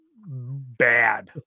bad